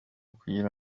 kugira